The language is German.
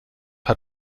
hat